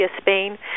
Spain